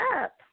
up